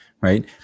Right